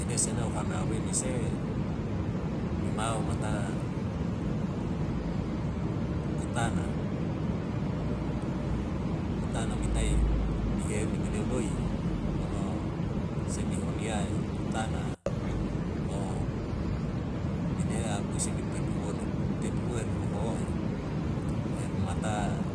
Edesa nau hana welmi se ni mau mata utana, utana mitai ni heuni meleu loi fano semi honiya utana mine akuise mi pepu wone pepu uweli hohoe mata